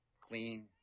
clean